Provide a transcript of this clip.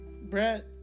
Brett